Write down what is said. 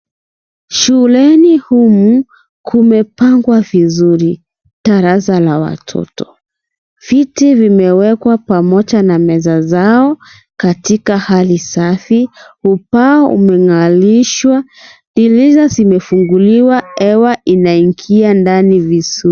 Shuleni humu, kumepangwa vizuri, darasa la watoto, viti vimewekwa pamoja na meza zao katika hali safi, ubao umengarishwa dirisha zimefunguliwa ,hewa inaingia ndani vizuri.